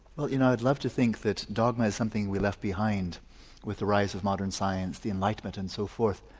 well you know i would love to think that dogma is something we left behind with the rise of modern science, the enlightenment and so forth.